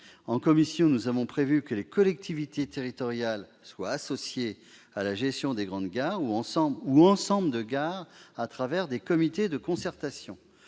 En commission, nous avons déjà prévu que les collectivités seront associées à la gestion des grandes gares ou ensembles de gares au travers de comités de concertation.